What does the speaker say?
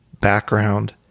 background